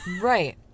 Right